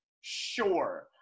sure